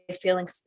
feeling